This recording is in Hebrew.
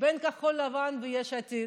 בין כחול לבן ליש עתיד.